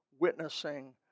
witnessing